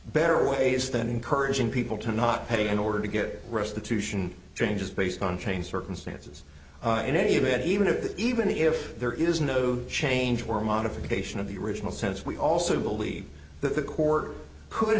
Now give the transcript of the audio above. better ways than encouraging people to not pay in order to get restitution changes based on changed circumstances in any event even if even if there is no change or modification of the original sense we also believe that the court could